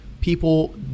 people